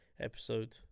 episode